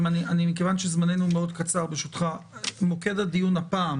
מכיוון שזמננו מאוד קצר, ברשותך, מוקד הדיון הפעם